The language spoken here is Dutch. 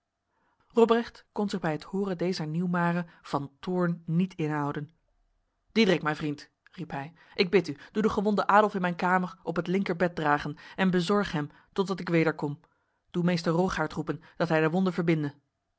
kon zich bij het horen dezer nieuwmare van toorn niet inhouden diederik mijn vriend riep hij ik bid u doe de gewonde adolf in mijn kamer op het linkerbed dragen en bezorg hem totdat ik weder kom doe meester rogaert roepen dat hij de wonde verbinde